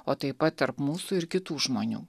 o taip pat tarp mūsų ir kitų žmonių